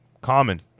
common